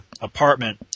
apartment